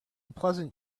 pleasant